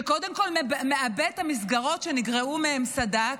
שקודם כול מעבה את המסגרות שנגרע מהם הסד"כ,